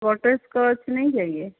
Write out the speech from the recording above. butterscotch नहीं चाहिए